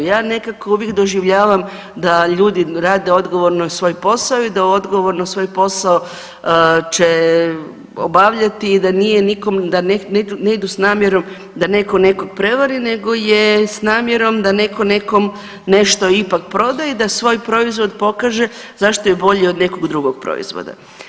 Ja nekako uvijek doživljavam da ljudi rade odgovorno svoj posao i da odgovorno svoj posao će obavljati i da nije nikom, da ne idu sa namjerom da netko nekog prevari, nego je sa namjerom da netko nekom nešto ipak proda i da svoj proizvod pokaže zašto je bolji od nekog drugog proizvoda.